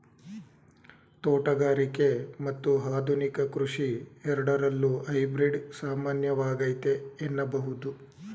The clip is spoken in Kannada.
ತೋಟಗಾರಿಕೆ ಮತ್ತು ಆಧುನಿಕ ಕೃಷಿ ಎರಡರಲ್ಲೂ ಹೈಬ್ರಿಡ್ ಸಾಮಾನ್ಯವಾಗೈತೆ ಎನ್ನಬಹುದು